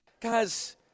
Guys